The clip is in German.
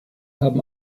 haben